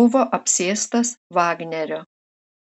buvo apsėstas vagnerio